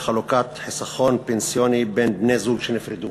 לחלוקת חיסכון פנסיוני בין בני-זוג שנפרדו.